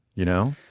you know?